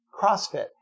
CrossFit